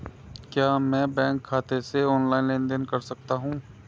क्या मैं बैंक खाते से ऑनलाइन लेनदेन कर सकता हूं?